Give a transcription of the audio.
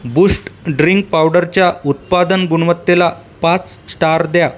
boost drink पावडरच्या उत्पादन गुणवत्तेला पाच स्टार द्या